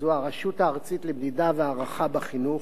שזו הרשות הארצית למדידה והערכה בחינוך,